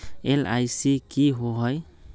LIC की होअ हई?